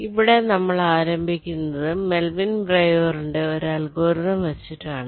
ഇവിടെ നമ്മൾ ആരംഭിക്കുന്നത് മെൽവിൻ ബ്രെയൂരിന്റെ ഒരു അൽഗോരിതം വച്ചിട്ടാണ്